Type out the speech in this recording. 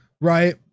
right